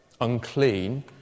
unclean